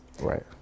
Right